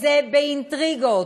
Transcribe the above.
זה באינטריגות.